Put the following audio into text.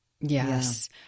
Yes